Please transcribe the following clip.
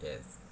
yes